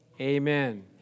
amen